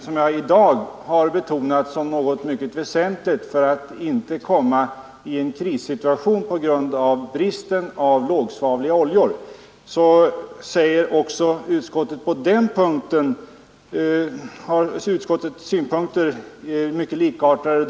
Just de frågor jag i dag betonat som särskilt viktiga för att vi inte skall komma i en krissituation på grund av den eventuella bristen på lågsvavliga oljor. Jag skall bara citera ett par meningar ur utskottets betänkande.